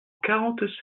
quarante